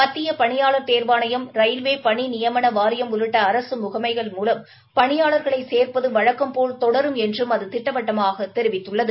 மத்திய பணியாளா் தேர்வாணையம் ரயில்வே பணி நியமன வாரியம் உள்ளிட்ட அரசு முகமைகள் மூலம் பணியாளர்களை சேர்ப்பது வழக்கம்போல் தொடரும் என்றும் அது திட்டவட்டமாக தெரிவித்துள்ளது